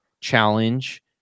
challenge